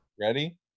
Ready